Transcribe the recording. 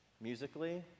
musically